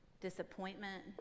disappointment